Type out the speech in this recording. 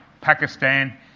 Pakistan